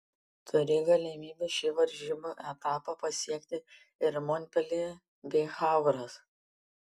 turi galimybių šį varžybų etapą pasiekti ir monpeljė bei havras